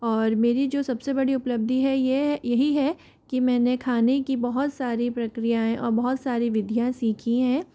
और मेरी जो सबसे बड़ी उपलब्धि है ये है यही है कि मैंने खाने की बहुत सारी प्रक्रियाएँ और बहुत सारी विधियाँ सीखीं हैं